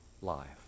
life